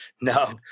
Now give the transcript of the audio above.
No